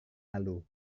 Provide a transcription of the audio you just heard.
lalu